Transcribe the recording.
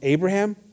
Abraham